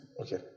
Okay